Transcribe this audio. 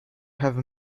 have